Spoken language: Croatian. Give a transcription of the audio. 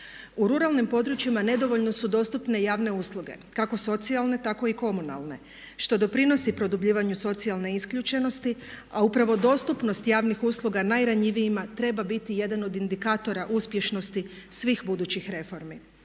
U ruralnim područjima nedovoljno su dostupne javne usluge kako socijalne tako i komunalne što doprinosi produbljivanju socijalne isključenosti a upravo dostupnost javnih usluga najranjivijima treba biti jedan od indikatora uspješnosti svih budućih reformi.